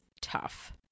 tough